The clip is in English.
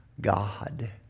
God